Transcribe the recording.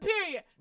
Period